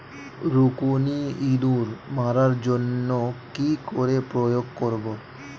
রুকুনি ইঁদুর মারার জন্য কি করে প্রয়োগ করব?